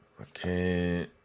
Okay